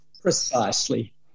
Precisely